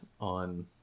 on